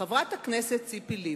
חברת הכנסת ציפי לבני,